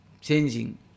changing